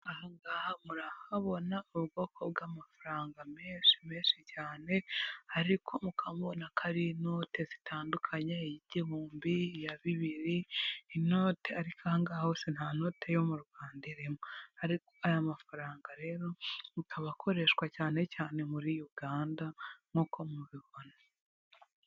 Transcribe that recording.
Aha ngaha murahabona ubwoko bw'amafaranga menshi menshi cyane, ariko mukaba mubona ko ari inoto zitandukanye iy'igihumbi, iya bibiri, inote ariko aha ngaha hose nta note yo mu Rwanda irimo. Ariko aya mafaranga rero akaba akoreshwa cyane cyane muri yuganda nkuko mubibona.